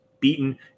beaten